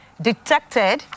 detected